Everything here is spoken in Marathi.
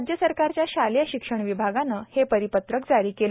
राज्य सरकारच्या शालेय शिक्षण विभागाने आज हे परिपत्रक जारी केले